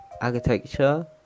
architecture